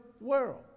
world